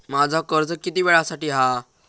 माझा कर्ज किती वेळासाठी हा?